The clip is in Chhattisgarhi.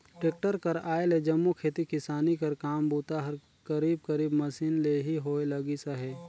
टेक्टर कर आए ले जम्मो खेती किसानी कर काम बूता हर करीब करीब मसीन ले ही होए लगिस अहे